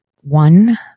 one